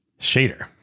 Shader